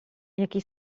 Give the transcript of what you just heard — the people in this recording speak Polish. jaki